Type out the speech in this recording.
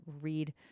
read